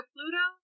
Pluto